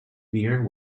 beer